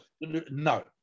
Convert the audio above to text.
No